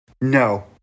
No